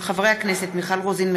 מיכל רוזין,